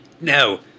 No